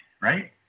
right